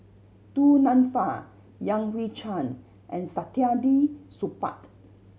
Du Nanfa Yan Hui Chang and Saktiandi Supaat